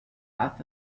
off